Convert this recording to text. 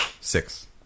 six